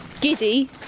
Giddy